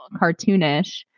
cartoonish